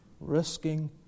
risking